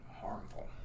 harmful